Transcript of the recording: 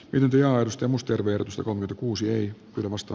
lympia oystä muster verotus on kuusi eri ilmasto